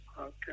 Okay